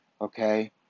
Okay